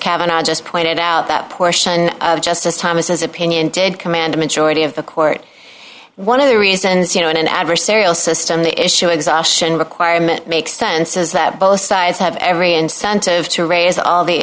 cavanagh just pointed out that portion of justice thomas as opinion did commandement surety of the court one of the reasons you know in an adversarial system the issue exhaustion requirement makes sense is that both sides have every incentive to raise all the